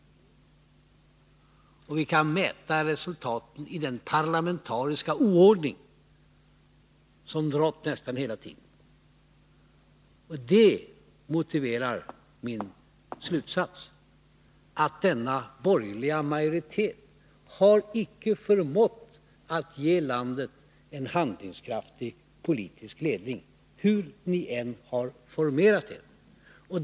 Vi kan mäta resultaten i den parlamentariska oordning som rått nästan hela tiden. Det motiverar min slutsats, att denna borgerliga majoritet icke har förmått att ge landet en handlingskraftig politisk ledning, hur ni än har formerat er.